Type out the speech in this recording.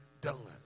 done